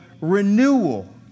renewal